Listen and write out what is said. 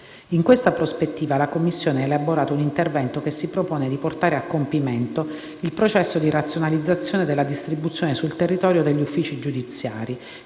In questa prospettiva, la Commissione ha elaborato un intervento che si propone di portare a compimento il processo di razionalizzazione della distribuzione sul territorio degli uffici giudiziari,